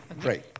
Great